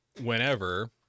whenever